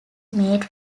made